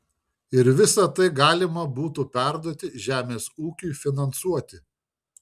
ir visa tai galima būtų perduoti žemės ūkiui finansuoti